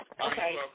okay